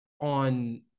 on